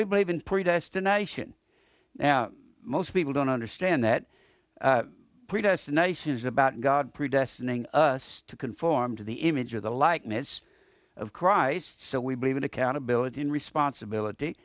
we believe in predestination now most people don't understand that predestination is about god predestined in us to conform to the image of the likeness of christ so we believe in accountability and responsibility